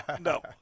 no